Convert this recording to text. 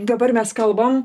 dabar mes kalbam